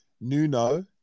Nuno